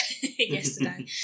Yesterday